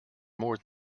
more